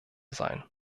sein